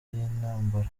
by’intambara